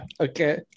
Okay